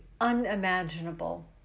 unimaginable